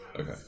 Okay